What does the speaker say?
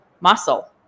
muscle